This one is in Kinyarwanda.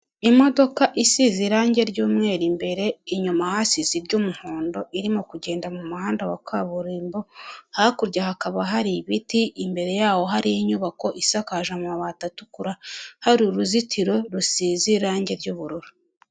Imodoka isize irangi ry'umweru imbere, inyuma hasize iry'umuhondo, irimo kugenda mu muhanda wa kaburimbo, hakurya hakaba hari ibiti, imbere yaho hari inyubako isakaje amabati atukura, hari uruzitiro rusize irangi ry'ubururu.